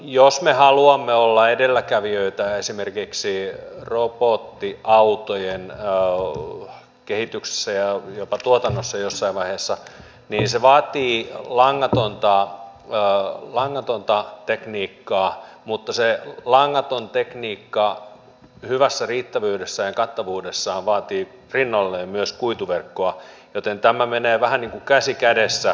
jos me haluamme olla edelläkävijöitä esimerkiksi robottiautojen kehityksessä ja jopa tuotannossa jossain vaiheessa niin se vaatii langatonta tekniikkaa mutta se langaton tekniikka hyvässä riittävyydessään ja kattavuudessaan vaatii rinnalleen myös kuituverkkoa joten tämä menee vähän niin kuin käsi kädessä